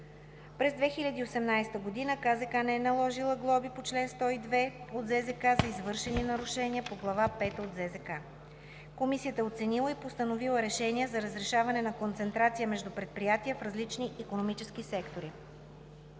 През 2018 г. КЗК не е наложила глоби по чл. 102 от ЗЗК за извършени нарушения по Глава пета от ЗЗК. Комисията е оценила и постановила решения за разрешаване на концентрация между предприятия в различни икономически сектори.